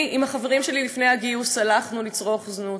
אני עם החברים שלי לפני הגיוס הלכנו לצרוך זנות,